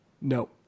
no